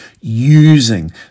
using